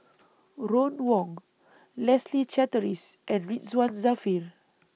Ron Wong Leslie Charteris and Ridzwan Dzafir